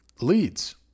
leads